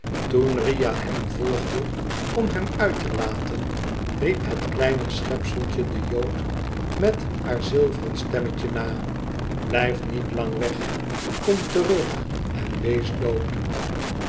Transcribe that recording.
toen ria hem volgde om hem uit te laten riep het kleine schepseltje den jood met haar zilveren stemmetje na i blijf niet lang veg kom terug en wees dood